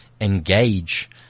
engage